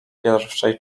pierwszej